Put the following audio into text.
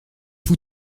fou